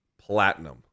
platinum